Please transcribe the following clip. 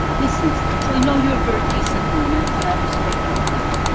listen miss cacho, i know you are a very decent woman and i respect you for that,